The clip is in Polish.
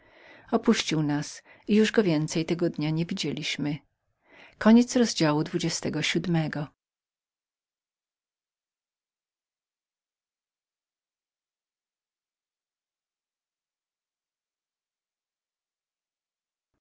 opuścił nas i już go więcej tego dnia nie widzieliśmy